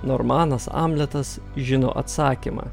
normanas amletas žino atsakymą